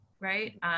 right